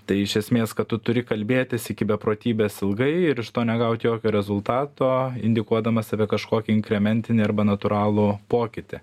tai iš esmės kad tu turi kalbėtis iki beprotybės ilgai ir iš to negaut jokio rezultato indikuodamas apie kažkokį inkrementinį arba natūralų pokytį